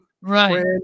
Right